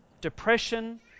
Depression